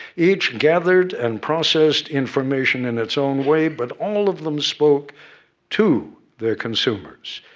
each gathered and processed information in its own way, but all of them spoke to their consumers,